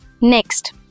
Next